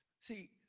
See